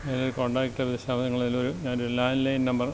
നിലവിൽ കോൺടാക്ട് വിശദാംശങ്ങളിലൊരു landline landline number